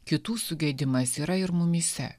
kitų sugedimas yra ir mumyse